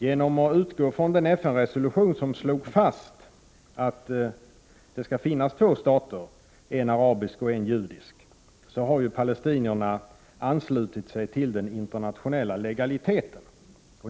Genom att utgå från den FN-resolution i vilken det slogs fast att det skall finnas två stater, en arabisk och en judisk, har palestinierna anslutit sig till den internationella legaliteten.